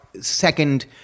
second –